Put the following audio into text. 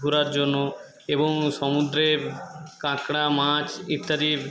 ঘোরার জন্য এবং সমুদ্রের কাঁকড়া মাছ ইত্যাদি